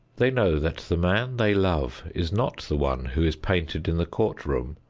they know that the man they love is not the one who is painted in the court room,